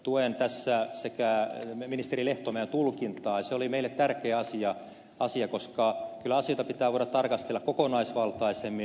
tuen tässä ministeri lehtomäen tulkintaa ja se oli meille tärkeä asia koska kyllä asioita pitää voida tarkastella kokonaisvaltaisemmin